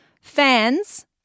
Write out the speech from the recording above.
Fans